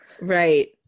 right